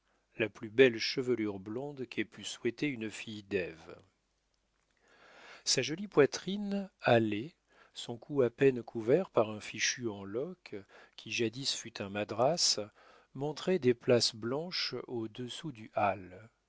la plus belle chevelure blonde qu'ait pu souhaiter une fille d'ève sa jolie poitrine hâlée son cou à peine couvert par un fichu en loques qui jadis fut un madras montrait des places blanches au-dessous du hâle